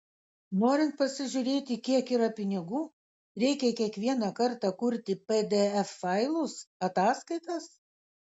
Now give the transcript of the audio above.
norint pasižiūrėti kiek yra pinigų reikia kiekvieną kartą kurti pdf failus ataskaitas